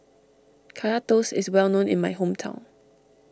Kaya Toast is well known in my hometown